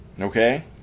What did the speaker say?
Okay